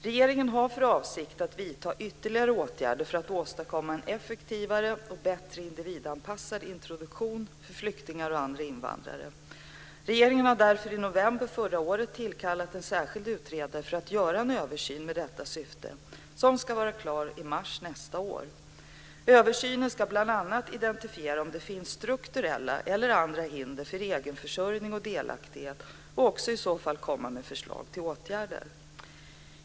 Regeringen har för avsikt att vidta ytterligare åtgärder för att åstadkomma en effektivare och bättre individanpassad introduktion för flyktingar och andra invandrare. Regeringen har därför i november förra året tillkallat en särskild utredare för att göra en översyn med detta syfte som ska vara klar i mars nästa år. Översynen ska bl.a. identifiera om det finns strukturella eller andra hinder för egenförsörjning och delaktighet och också i så fall komma med förslag till åtgärder.